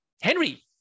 Henry